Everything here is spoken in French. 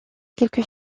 quelques